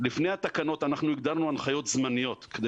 לפני התקנות אנחנו הגדרנו הנחיות זמניות כדי